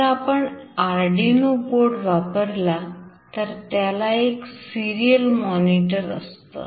जर आपण Aurdino board वापरला तर त्याला एक सिरियल मॉनिटर असतो